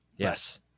Yes